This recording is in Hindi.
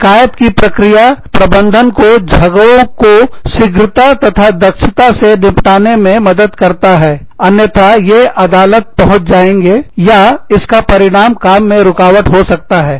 शिकायत की प्रक्रिया प्रबंधन को झगड़ों को शीघ्रता तथा दक्षता से निपटाने में मदद करता है अन्यथा ये अदालत पहुंच जाएंगे या इसका परिणाम काम में रुकावट हो सकता है